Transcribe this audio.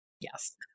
Yes